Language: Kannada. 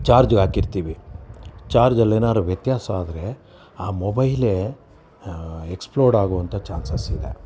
ಚಾರ್ಜ್ಗೆ ಹಾಕಿರ್ತೀವಿ ಚಾರ್ಜಲ್ಲೆನಾದ್ರೂ ವ್ಯತ್ಯಾಸ ಆದರೆ ಆ ಮೊಬೈಲೇ ಎಕ್ಸ್ಪ್ಲೋರ್ಡ್ ಆಗುವಂಥ ಚಾನ್ಸಸ್ ಇದೆ